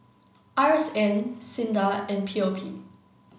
R S N SINDA and P O P